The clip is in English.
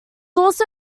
also